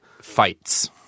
fights